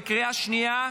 בקריאה שנייה,